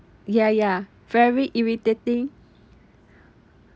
ya ya very irritating